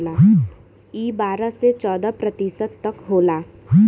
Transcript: ई बारह से चौदह प्रतिशत तक होला